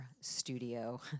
studio